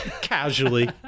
Casually